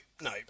no